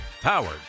Powered